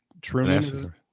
Truman